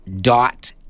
dot